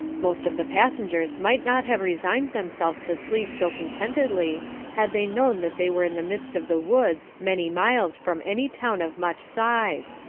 most of the passengers might not have resigned themselves to sleep so contentedly had they known that they were in the midst of the woods many miles from any town of much size,